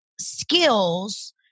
skills